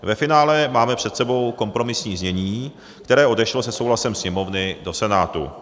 Ve finále máme před sebou kompromisní znění, které odešlo se souhlasem Sněmovny do Senátu.